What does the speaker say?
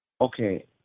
Okay